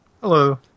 Hello